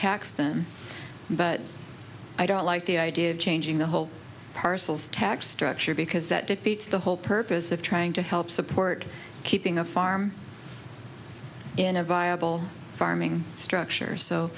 tax them but i don't like the idea of changing the whole parcells tax structure because that defeats the whole purpose of trying to help support keeping a farm in a viable farming structures so